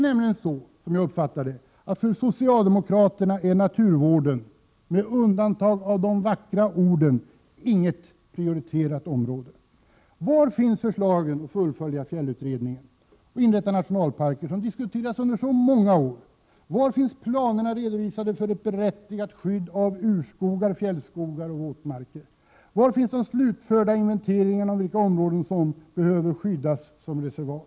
Som jag har uppfattat det hela är naturvården inget prioriterat område för socialdemokraterna — det rör sig bara om vackra ord. Var finns förslagen om att fullfölja fjällutredningen och inrätta nationalparker, som har diskuterats under så många år? Var finns planerna redovisade för ett berättigat skydd av urskogar, fjällskogar och våtmarker? Var finns de slutförda inventeringarna av de områden som behöver skyddas i form av reservat?